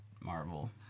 Marvel